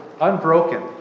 unbroken